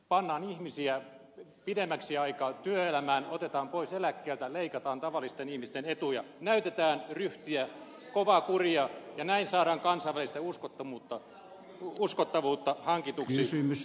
pannaan ihmisiä pidemmäksi aikaa työelämään otetaan pois eläkkeitä leikataan tavallisten ihmisten etuja näytetään ryhtiä kovaa kuria ja näin saadaan kansainvälistä uskottavuutta hankituksi